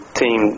team